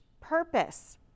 purpose